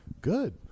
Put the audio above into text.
Good